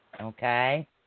Okay